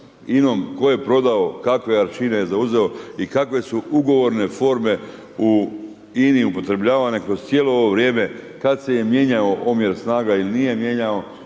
se ne razumije./... je zauzeo i kave su ugovorne forme u INA-i upotrebljavane kroz cijelo ovo vrijeme kad se je mijenjao omjer snaga ili nije mijenjao,